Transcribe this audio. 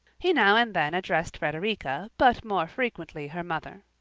he now and then addressed frederica, but more frequently her mother.